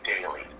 daily